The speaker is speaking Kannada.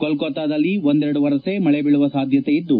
ಕೊಲ್ಲತ್ತಾದಲ್ಲಿ ಒಂದೆರಡು ವರಸೆ ಮಳೆ ಬೀಳುವ ಸಾಧ್ಯತೆಯಿದ್ದು